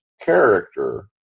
character